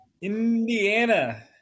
Indiana